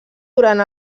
durant